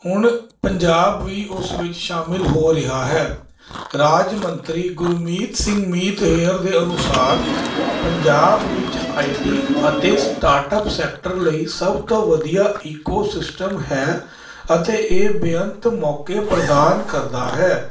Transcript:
ਹੁਣ ਪੰਜਾਬ ਵੀ ਉਸ ਵਿੱਚ ਸ਼ਾਮਿਲ ਹੋ ਰਿਹਾ ਹੈ ਰਾਜ ਮੰਤਰੀ ਗੁਰਮੀਤ ਸਿੰਘ ਮੀਤ ਹੇਅਰ ਦੇ ਅਨੁਸਾਰ ਪੰਜਾਬ ਵਿੱਚ ਆਈਟੀ ਅਤੇ ਸਟਾਰਟ ਅਪ ਸੈਕਟਰ ਲਈ ਸਭ ਤੋਂ ਵਧੀਆ ਇਕੋ ਸਿਸਟਮ ਹੈ ਅਤੇ ਇਹ ਬੇਅੰਤ ਮੌਕੇ ਪ੍ਰਦਾਨ ਕਰਦਾ ਹੈ